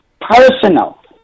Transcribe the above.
personal